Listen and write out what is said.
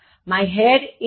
My head is aching